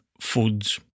foods